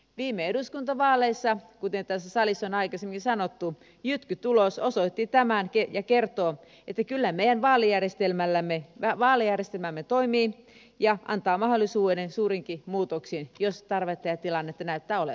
viime eduskuntavaaleissa kuten tässä salissa on aikaisemmin sanottu jytkytulos osoitti tämän ja kertoo että kyllä meidän vaalijärjestelmämme toimii ja antaa mahdollisuuden suuriinkin muutoksiin jos tarvetta ja tilannetta näyttää olevan